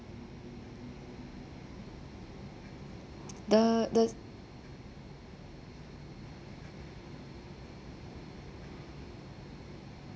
the the